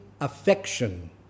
affection